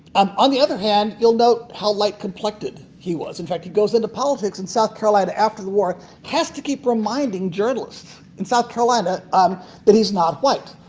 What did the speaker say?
um on the other hand, you'll note how light complected he was. in fact, he goes into politics in south carolina after the war and has to keep reminding journalists in south carolina um that he's not white.